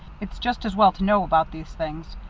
it's just as well to know about these things.